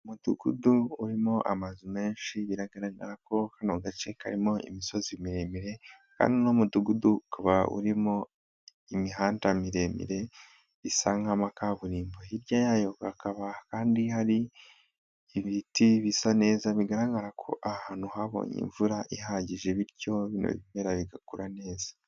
Umudugudu urimo amazu menshi biragaragara ko kano gace karimo imisozi miremire, kandi uno mudugudu ukaba urimo imihanda miremire isa nk'amakaburimbo, hirya yayo hakaba kandi hari ibiti bisa neza, bigaragara ko ah ahantu habonye imvura ihagije bityo bino bimera bigakura neza.